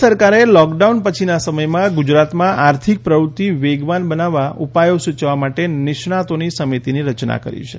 રાજ્ય સરકારે લૉકડાઉન પછીના સમયમાં ગુજરાતમાં આર્થિક પ્રવત્તિ વેગવાન બનાવવા ઉપાયો સૂચવવા માટે નિષ્ણાંતોની સમિતિની રચના કરી છે